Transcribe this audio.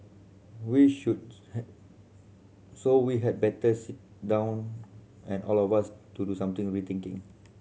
we should had so we had better sit down and all of us to do something rethinking